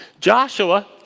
Joshua